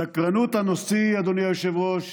// סקרנות הנשיא, אדוני היושב-ראש,